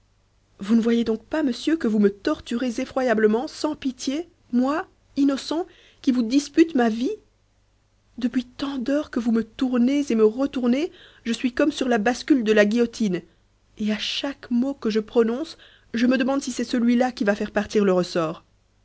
vous ne voyez donc pas monsieur que vous me torturez effroyablement sans pitié moi innocent qui vous dispute ma vie depuis tant d'heures que vous me tournez et me retournez je suis comme sur la bascule de la guillotine et à chaque mot que je prononce je me demande si c'est celui-là qui va faire partir le ressort